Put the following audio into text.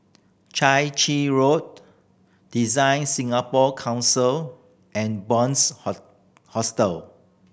Chai Chee Road DesignSingapore Council and Hostel